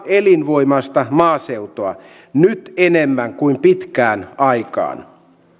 elinvoimaista maaseutua nyt enemmän kuin pitkään aikaan